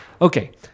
Okay